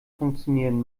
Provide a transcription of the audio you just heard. funktionieren